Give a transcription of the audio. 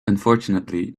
unfortunately